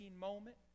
moment